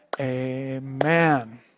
Amen